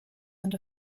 and